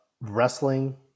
wrestling